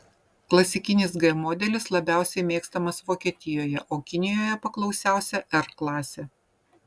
klasikinis g modelis labiausiai mėgstamas vokietijoje o kinijoje paklausiausia r klasė